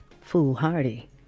foolhardy